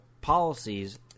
policies –